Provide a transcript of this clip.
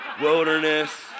wilderness